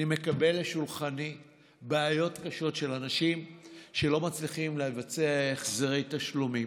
אני מקבל לשולחני בעיות קשות של אנשים שלא מצליחים לבצע החזרי תשלומים,